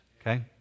okay